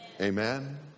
Amen